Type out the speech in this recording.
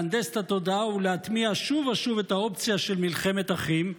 להנדס את התודעה ולהטמיע שוב ושוב את האופציה של מלחמת אחים?